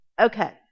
Okay